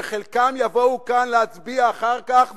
חלקם יבואו כאן להצביע אחר כך,